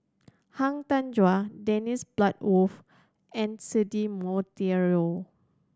Han Tan Juan Dennis Bloodworth and Cedric Monteiro